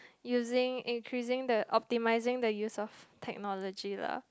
using increasing the optimising the use of technology lah